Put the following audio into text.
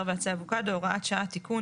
ועצי אבוקדו) (הוראת שעה) (תיקון),